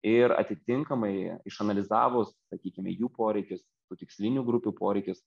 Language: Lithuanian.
ir atitinkamai išanalizavus sakykime jų poreikius tų tikslinių grupių poreikius